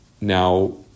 Now